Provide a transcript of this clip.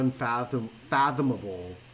unfathomable